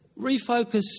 Refocus